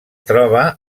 troba